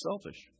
selfish